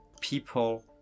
people